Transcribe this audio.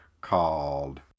called